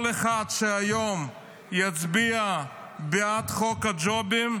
כל אחד שיצביע היום בעד חוק הג'ובים,